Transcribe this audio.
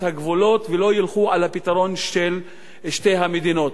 הגבולות ולא ילכו על הפתרון של שתי המדינות.